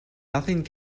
nothing